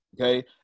Okay